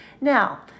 Now